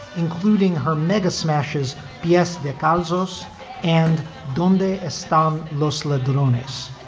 including her mega smashes b s. that cosmos and don day, a storm lost liberalness.